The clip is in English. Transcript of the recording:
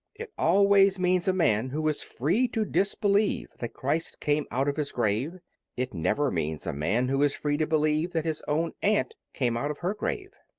it always means a man who is free to disbelieve that christ came out of his grave it never means a man who is free to believe that his own aunt came out of her grave.